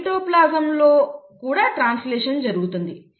సైటోప్లాజంలో కూడా ట్రాన్స్లేషన్ జరుగుతుంది